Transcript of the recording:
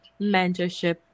mentorship